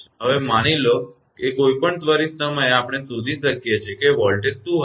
હવે માની લો કે કોઈ પણ ત્વરિત સમયે આપણે શોધી શકીએ કે વોલ્ટેજ શું હશે